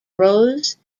rose